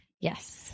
Yes